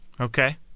Okay